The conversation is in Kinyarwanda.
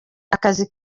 akazi